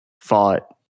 fought